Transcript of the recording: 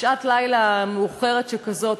בשעת לילה מאוחרת שכזאת,